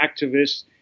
activists